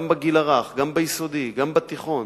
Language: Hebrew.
גם בגיל הרך, גם ביסודי וגם בתיכון.